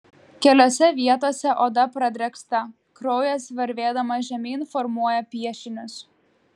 keliose vietose oda pradrėksta kraujas varvėdamas žemyn formuoja piešinius